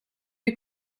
die